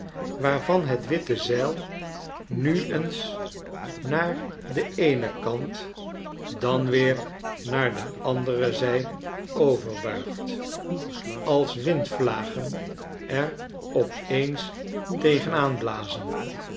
waarvan het witte zeil nu eens naar den een en kant dan weer naar de andere zij overbuigt als windvlagen er op eens tegen aan blazen